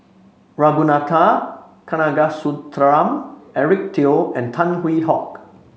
Ragunathar Kanagasuntheram Eric Teo and Tan Hwee Hock